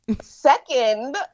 Second